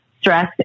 stress